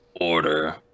order